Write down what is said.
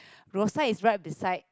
Rosyth is right beside